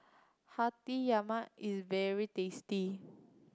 Hati Yama is very tasty